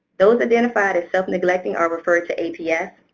those identified as self-neglecting are referred to aps.